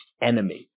enemy